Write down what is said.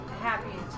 happy